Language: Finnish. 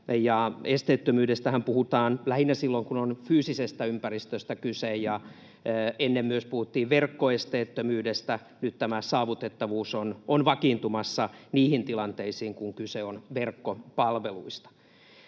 Esteettömyydestähän puhutaan lähinnä silloin, kun on fyysisestä ympäristöstä kyse, ja ennen myös puhuttiin verkkoesteettömyydestä. Nyt tämä saavutettavuus on vakiintumassa niihin tilanteisiin, kun kyse on verkkopalveluista.